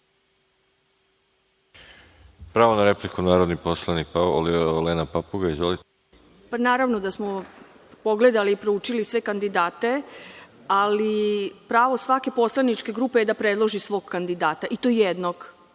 Pravo na repliku, narodni poslanik Olena Papuga. Izvolite. **Olena Papuga** Pa, naravno, da smo pogledali i proučili sve kandidate, ali pravo svake poslaničke grupe je da predloži svog kandidata i to jednog.